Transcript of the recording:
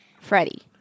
freddie